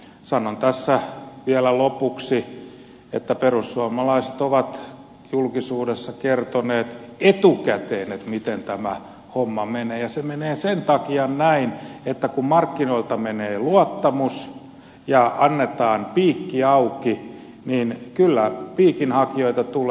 sanon tässä vielä lopuksi että perussuomalaiset ovat julkisuudessa kertoneet etukäteen miten tämä homma menee ja se menee sen takia näin että kun markkinoilta menee luottamus ja annetaan piikki auki niin kyllä piikinhakijoita tulee